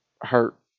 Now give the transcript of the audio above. hurt